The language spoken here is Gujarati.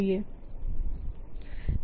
તેમાંની એક Clear છે